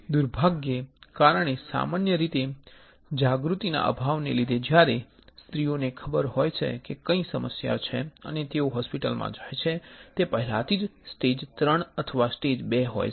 દુર્ભાગ્યે કારણ કે સામાન્ય રીતે જાગૃતિના અભાવને લીધે જ્યારે સ્ત્રીઓને ખબર હોય છે કે કંઈક સમસ્યા છે અને તેઓ હોસ્પિટલમાં જાય છે તે પહેલાથી જ સ્ટેજ III અથવા સ્ટેજ II હોય છે